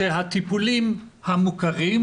הטיפולים המוכרים,